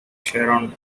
sharon